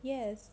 yes